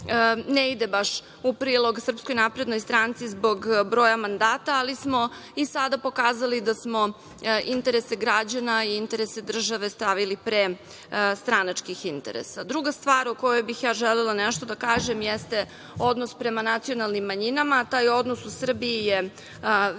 ne ide baš u prilog SNS zbog broja mandata ali smo i sada pokazali da smo interese građana i interese države stavili pre stranačkih interesa. Druga stvar o kojoj bih želela nešto da kažem jeste, odnos prema nacionalnim manjinama. Taj odnosu u Srbiji je već na